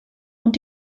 und